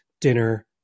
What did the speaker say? dinner